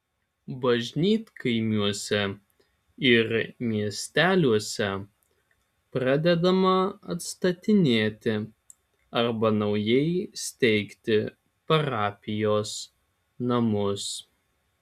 bažnytkaimiuose ir miesteliuose pradedama atstatinėti arba naujai steigti parapijos namus